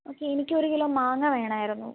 okay എനിക്ക് ഒരു kilo മാങ്ങ വേണമായിരുന്നു